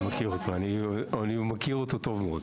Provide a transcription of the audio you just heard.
אני מכיר אותו טוב מאוד.